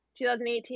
2018